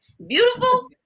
beautiful